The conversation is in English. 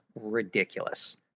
ridiculous